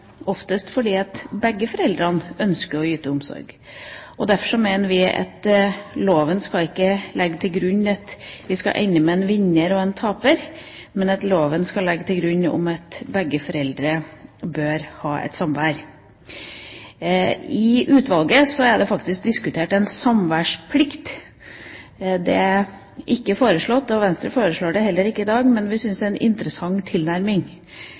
oftest fordi begge foreldrene ønsker å yte omsorg. Derfor mener vi at loven ikke skal legge til grunn at man skal ende med en vinner og en taper, men at loven skal legge til grunn at begge foreldrene bør ha et samvær. I utvalget er det faktisk diskutert en samværsplikt. Det er ikke foreslått, og Venstre foreslår det heller ikke i dag, men vi syns det er en interessant tilnærming